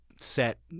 set